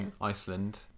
Iceland